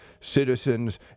citizens